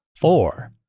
Four